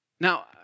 Now